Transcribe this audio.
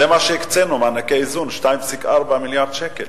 זה מה שהקצינו למענקי איזון, 2.4 מיליארד שקל.